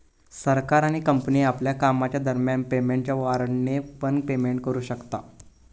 सरकार आणि कंपनी आपल्या कामाच्या दरम्यान पेमेंटच्या वॉरेंटने पण पेमेंट करू शकता